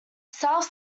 south